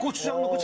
but show.